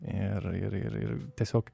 ir ir ir tiesiog